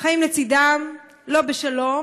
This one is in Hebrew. חיים לצדם לא בשלום,